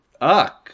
uck